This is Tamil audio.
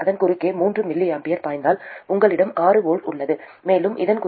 இதன் குறுக்கே 3 mA பாய்ந்தால் உங்களிடம் 6 V உள்ளது மேலும் இதன் குறுக்கே உங்களிடம் 0